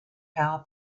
power